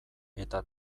eta